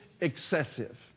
excessive